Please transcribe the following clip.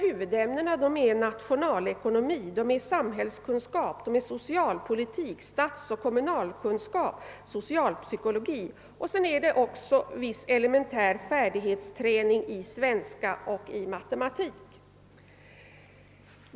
Huvudämnena är nationalekonomi, samhällskunskap, socialpolitik, statsoch kommunalkunskap och socialpsykologi, och vidare bedrivs viss elementär färdighetsträning i svenska och matematik.